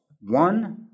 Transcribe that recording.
One